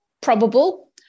probable